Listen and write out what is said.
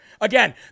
Again